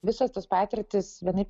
visos tos patirtys vienaip